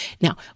Now